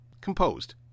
composed